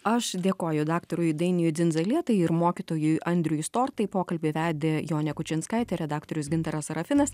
aš dėkoju daktarui dainiui dzindzalietai ir mokytojui andriui strotai pokalbį vedė jonė kučinskaitė redaktorius gintaras serafinas